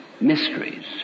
mysteries